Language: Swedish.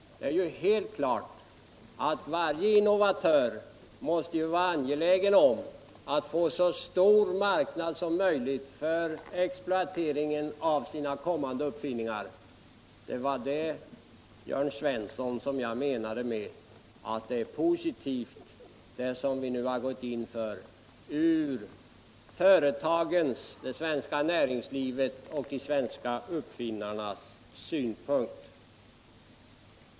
Det är helt klart att varje innovatör måste vara angelägen om att få en så stor marknad som möjligt för exploatering av sina kommande uppfinningar. Därför, Jörn Svensson, menade jag att det som vi nu har gått in för är något positivt från företagens, det svenska näringslivets och de svenska uppfinnäarnas synpunkter.